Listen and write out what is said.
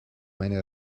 meine